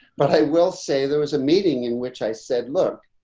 but i will say there was a meeting in which i said, look,